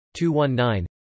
219